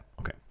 Okay